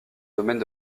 domaines